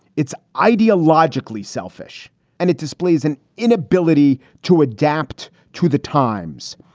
it's ideologically selfish and it displays an inability to adapt to the times.